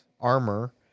Armor